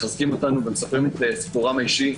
מחזקים אותנו ומספרים את סיפורם האישי,